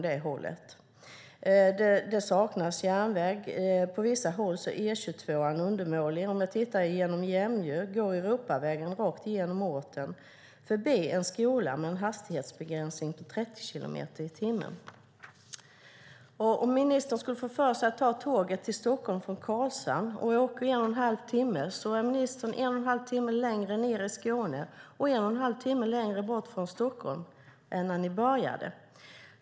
Det saknas järnväg. På vissa håll är E22:an undermålig. I Jämjö går Europavägen rakt genom orten förbi en skola med en hastighetsbegränsning på 30 kilometer i timmen. Om ministern skulle få för sig att ta tåget till Stockholm från Karlshamn och åker i en och en halv timme är ministern en och en halv timme längre ned i Skåne och en och en halv timme längre bort från Stockholm än när hon började.